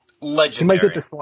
legendary